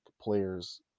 players